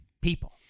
people